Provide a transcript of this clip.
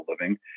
living